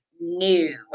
new